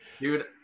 Dude